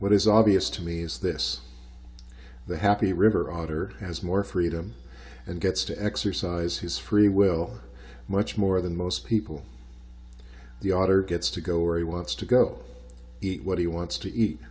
is obvious to me is this the happy river author has more freedom and gets to exercise his free will much more than most people the author gets to go where he wants to go eat what he wants to eat